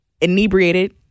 inebriated